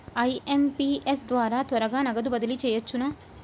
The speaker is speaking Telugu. ఐ.ఎం.పీ.ఎస్ ద్వారా త్వరగా నగదు బదిలీ చేయవచ్చునా?